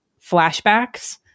flashbacks